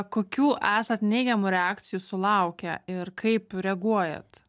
kokių esat neigiamų reakcijų sulaukę ir kaip reaguojat